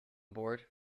board